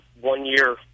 one-year